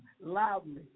loudly